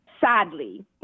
sadly